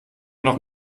noch